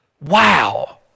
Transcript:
Wow